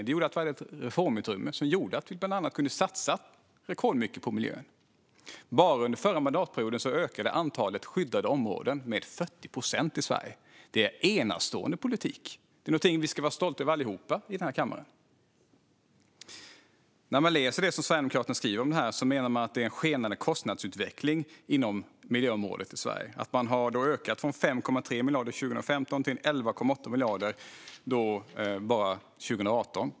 Det gjorde att vi hade ett reformutrymme som gjorde att vi bland annat kunde satsa rekordmycket på miljön. Bara under förra mandatperioden ökade antalet skyddade områden med 40 procent i Sverige. Det är en enastående politik. Det är någonting som vi allihop i denna kammare ska vara stolta över. Vi kan läsa det som Sverigedemokraterna skriver om detta. Man menar att det är en skenande kostnadsutveckling inom miljöområdet i Sverige. Det har då ökat från 5,3 miljarder 2015 till 11,8 miljarder 2018.